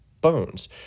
bones